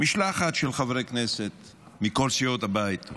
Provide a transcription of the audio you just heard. משלחת של חברי כנסת מכל סיעות הבית,